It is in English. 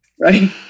right